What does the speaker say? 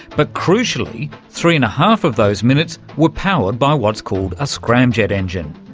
but crucially, three and a half of those minutes were powered by what's called a scramjet engine,